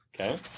okay